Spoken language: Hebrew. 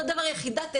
אותו דבר יחידת אתגר.